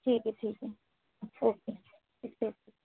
ٹھیک ہے ٹھیک ہے اوکے اٹس اوکے